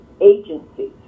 agencies